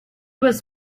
was